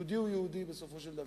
יהודי הוא יהודי בסופו של דבר.